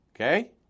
Okay